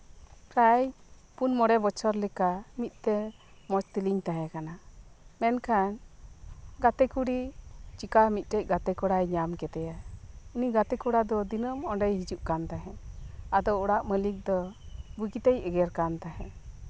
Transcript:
ᱯᱨᱟᱭ ᱯᱩᱱ ᱢᱚᱬᱮ ᱵᱚᱪᱷᱚᱨ ᱞᱮᱠᱟ ᱢᱤᱫ ᱛᱮ ᱢᱚᱸᱡᱽ ᱛᱮᱞᱤᱧ ᱛᱟᱸᱦᱮ ᱠᱟᱱᱟ ᱢᱮᱱᱠᱷᱟᱱ ᱜᱟᱛᱮ ᱠᱩᱲᱤ ᱢᱤᱫᱴᱟᱱ ᱜᱟᱛᱮ ᱠᱚᱲᱟᱭ ᱧᱟᱢ ᱠᱮᱫᱮᱭᱟ ᱩᱱᱤ ᱜᱟᱛᱮ ᱠᱚᱲᱟ ᱫᱚ ᱫᱤᱱᱟᱹᱢ ᱟᱫᱚᱭ ᱦᱤᱡᱩᱜ ᱠᱟᱱ ᱛᱟᱸᱦᱮᱫ ᱟᱫᱚ ᱚᱲᱟᱜ ᱢᱟᱹᱞᱤᱠ ᱫᱚ ᱵᱩᱜᱤ ᱛᱮᱭ ᱮᱜᱮᱨ ᱠᱟᱱ ᱛᱟᱸᱦᱮᱫ